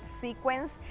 sequence